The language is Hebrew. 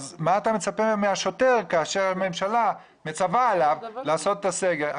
מה אתה מצפה מהשוטר כאשר הממשלה מצווה עליו לעשות את הסגר.